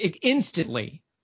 instantly